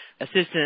assistant